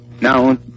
Now